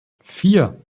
vier